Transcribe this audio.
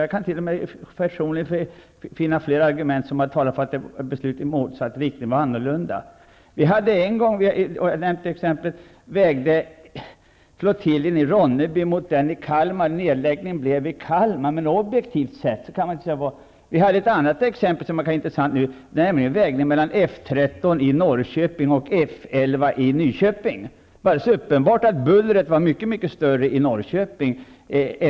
Jag kan t.o.m. personligen finna flera argument som talar för ett beslut i motsatt riktning. Vi hade en gång -- jag har redan nämnt det exemplet -- att ta ställning mellan flottiljen i Ronneby och den i Kalmar. Nedläggningen skedde i Kalmar, men objektivt sett kan man inte säga vilken som borde läggas ned. Ett annat exempel som kan vara intressant nu var vägningen mellan F 13 i Norrköping och F 11 i Nyköping. Det var alldeles uppenbart att bullerstörningarna var mycket större i Norrköping.